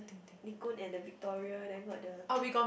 Nichkhun and the Victoria then got the